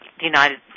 United